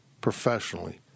professionally